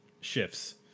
shifts